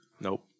Nope